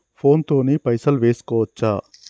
Phone తోని పైసలు వేసుకోవచ్చా?